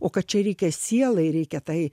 o kad čia reikia sielai reikia tai